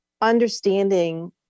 understanding